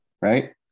right